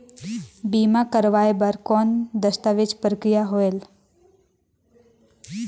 बीमा करवाय बार कौन दस्तावेज प्रक्रिया होएल?